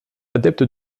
adepte